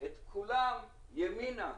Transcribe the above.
את כולם ימינה,